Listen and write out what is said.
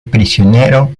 prisionero